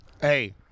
Hey